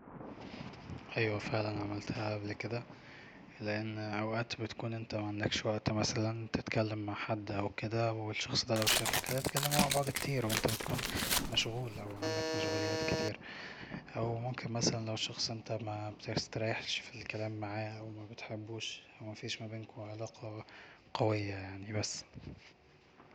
أيوة فعلا عملتها قبل كده لان اوقات انت بيكون معنكش وقت مثلا تتكلم مع حد أو كده والشخص دا لو شافك هتتكلمو مع بعض كتير وانت بتكون مشغول أو عندك مشغوليات كتير او ممكن مثلا لو شخص انت مبتستريحش في الكلام معاه أو مبتحبوش أو مفيش ما بينكو علاقة قوية يعني بس